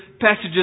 passages